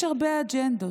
ויש הרבה אג'נדות,